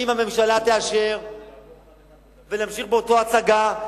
אם הממשלה תאשר ונמשיך באותה הצגה,